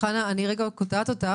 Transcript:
אני מצטערת שאני קוטעת אותך,